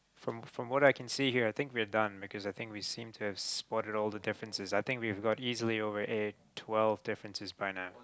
from from what I can see here I think we're done because I think we have seem to have spotted all the differences I think we have got easily over eight twelve differences by now